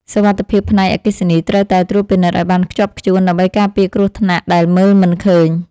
សុវត្ថិភាពផ្នែកអគ្គិសនីត្រូវតែត្រួតពិនិត្យឱ្យបានខ្ជាប់ខ្ជួនដើម្បីការពារគ្រោះថ្នាក់ដែលមើលមិនឃើញ។